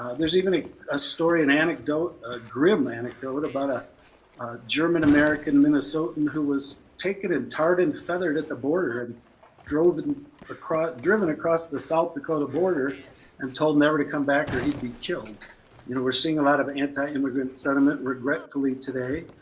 ah there's even a a story, an anecdote, a grim anecdote, about a a german american minnesotan who was taken and tarred and feathered at the border and drove across, driven across the south dakota border and told never to come back or he'd be killed. you know we're seeing a lot of anti-immigrant sentiment, regretfully, today.